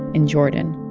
in jordan.